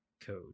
code